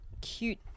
cute